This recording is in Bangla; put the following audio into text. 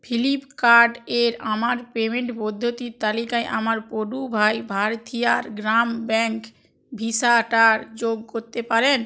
ফ্লিপকার্ট এর আমার পেমেন্ট পদ্ধতির তালিকায় আমার পুডুভাই ভারথিয়ার গ্রাম ব্যাঙ্ক ভিসাটা যোগ করতে পারেন